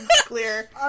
clear